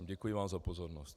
Děkuji vám za pozornost.